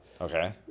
Okay